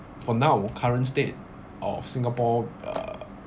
from now our current state of singapore uh